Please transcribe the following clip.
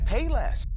Payless